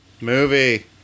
Movie